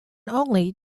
only